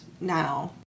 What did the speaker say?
now